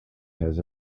has